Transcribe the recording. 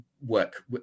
work